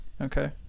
Okay